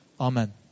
Amen